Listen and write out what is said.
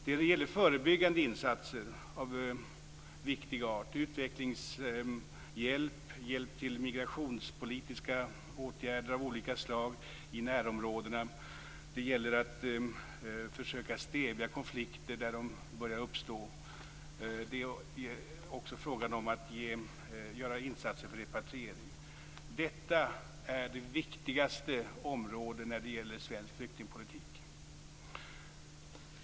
Det gäller förebyggande insatser av viktig art. Det gäller utvecklingshjälp och hjälp till migrationspolitiska åtgärder av olika slag i närområdena. Det gäller att försöka stävja konflikter där de börjar uppstå. Det är också frågan om att göra insatser för repatriering. Detta är de viktigaste områdena när det gäller svensk flyktingpolitik.